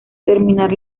terminar